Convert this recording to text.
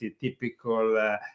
typical